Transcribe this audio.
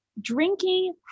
drinking